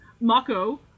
Mako